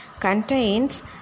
Contains